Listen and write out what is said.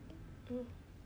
mm